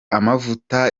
amavuta